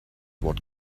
what